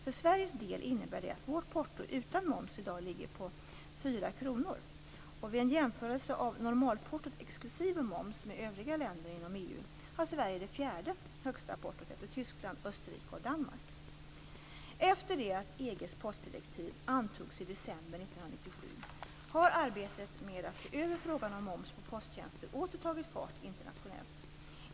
För Sveriges del innebär det att vårt porto utan moms i dag ligger på 4 kr. Vid en jämförelse av normalportot exklusive moms med övriga länder inom EU har Sverige det fjärde högsta portot efter Tyskland, Österrike och Danmark. 1997 har arbetet med att se över frågan om moms på posttjänster åter tagit fart internationellt.